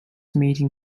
mating